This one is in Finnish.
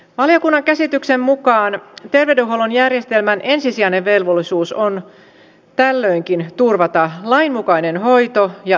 valiokunnan käsityksen mukaan terveydenhuollon järjestelmän ensisijainen velvollisuus on tällöinkin turvata lainmukainen hoito ja tuki potilaalle